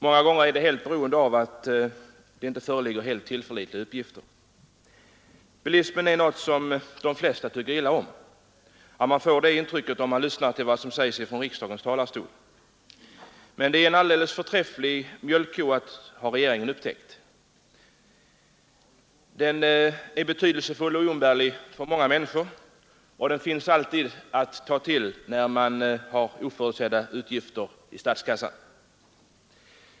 Många gånger är det helt beroende av att det inte föreligger helt tillförlitliga uppgifter. Bilismen är något som de flesta tycker illa om — man får det intrycket när man lyssnar till vad som sägs från riksdagens talarstol — men den är en alldeles förträfflig mjölkko, har regeringen upptäckt. Bilismen finns alltid att ta till när det fattas pengar till oförutsedda utgifter i statskassan. Den är betydelsefull och oumbärlig för många människor.